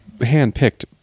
hand-picked